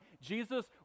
Jesus